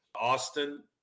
Austin